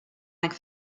like